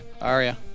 Aria